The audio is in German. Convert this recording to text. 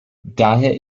daher